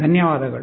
ಧನ್ಯವಾದಗಳು